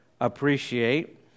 appreciate